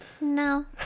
no